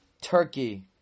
Turkey